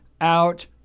Out